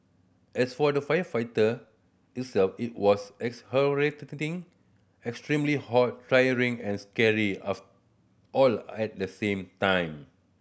as for the firefighting itself it was extremely hot tiring and scary all at the same time